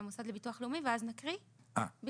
והמוסד לביטוח לאומי ואז נקריא ברשותכם?